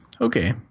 Okay